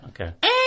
okay